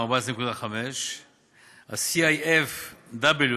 14.5%; ה-CIF-W,